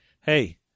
hey